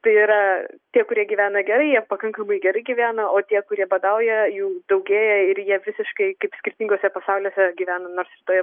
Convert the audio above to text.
tai yra tie kurie gyvena gerai jie pakankamai gerai gyvena o tie kurie badauja jų daugėja ir jie visiškai kaip skirtinguose pasauliuose gyvena nors toje